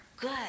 good